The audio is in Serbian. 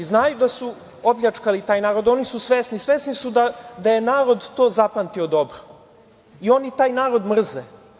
Znaju da su opljačkali taj narod, oni su svesni, svesni su da je narod to zapamtio dobro i oni taj narod mrze.